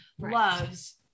loves